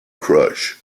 crush